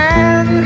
Man